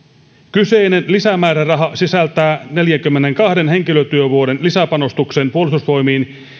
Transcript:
kyseinen lisämääräraha sisältää neljänkymmenenkahden henkilötyövuoden lisäpanostuksen puolustusvoimiin